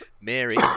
Mary